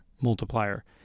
multiplier